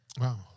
Wow